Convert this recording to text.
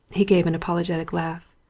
he gave an apologetic laugh.